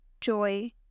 joy